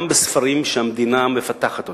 גם בספרים שהמדינה מפתחת,